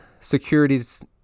securities